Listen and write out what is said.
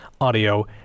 Audio